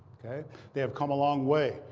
they have come a long way.